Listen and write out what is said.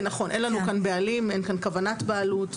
נכון, כי אין לנו כאן בעלים ואין כאן כוונת בעלות.